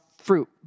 fruit